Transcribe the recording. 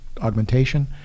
augmentation